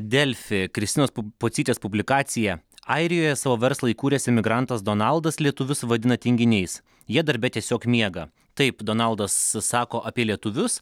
delfi kristinos pocytės publikacija airijoje savo verslą įkūręs imigrantas donaldas lietuvius vadina tinginiais jie darbe tiesiog miega taip donaldas sako apie lietuvius